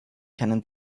keinen